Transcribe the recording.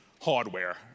hardware